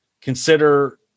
consider